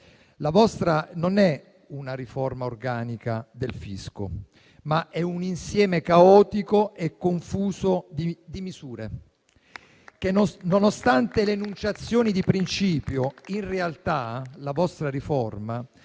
La vostra non è una riforma organica del fisco, ma un insieme caotico e confuso di misure che, nonostante le enunciazioni di principio, in realtà non farà